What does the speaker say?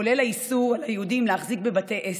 כולל האיסור על היהודים להחזיק בבתי עסק,